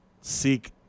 seek